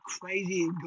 crazy